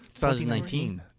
2019